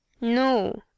no